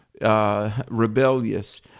rebellious